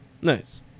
Nice